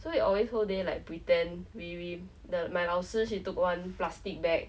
so we always whole day like pretend we we the my 老师 she took one plastic bag